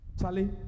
Charlie